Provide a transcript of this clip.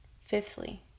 Fifthly